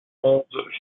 onze